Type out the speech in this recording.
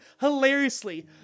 hilariously